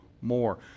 more